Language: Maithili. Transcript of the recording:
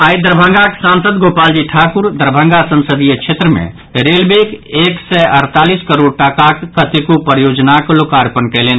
आई दरभंगाक सांसद गोपालजी ठाकुर दरभंगा संसदीय क्षेत्र मे रेलवेक एक सय अड़तालीस करोड़ टाकाक कतेको परियोजनाक लोकार्पण कयलनि